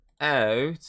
out